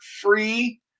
free